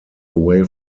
away